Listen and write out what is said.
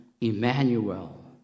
Emmanuel